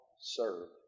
serve